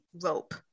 rope